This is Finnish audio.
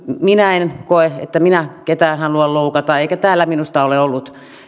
minä koe että minä ketään haluan loukata eikä täällä minusta ole ollut